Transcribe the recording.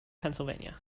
pennsylvania